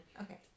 Okay